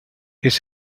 his